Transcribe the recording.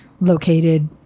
Located